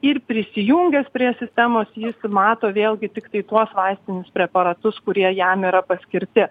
ir prisijungęs prie sistemos jis mato vėlgi tiktai tuos vaistinius preparatus kurie jam yra paskirti